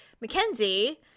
Mackenzie